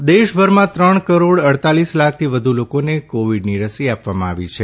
Covid રસીકરણ દેશભરમાં ત્રણ કરોડ અડતાલીસ લાખથી વધુ લોકોને કોવિડની રસી આપવામાં આવી છે